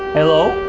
hello,